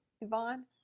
Yvonne